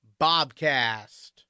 Bobcast